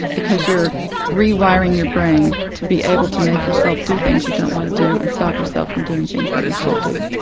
because you're rewiring your brain to be able to make yourself do things you don't want to do and stop yourself from doing things that you should do.